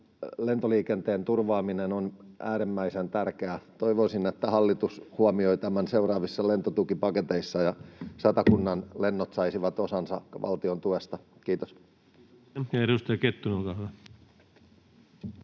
lentoliikenteen turvaaminen on äärimmäisen tärkeää. Toivoisin, että hallitus huomioi tämän seuraavissa lentotukipaketeissa ja Satakunnan lennot saisivat osansa valtiontuesta. — Kiitos.